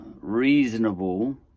reasonable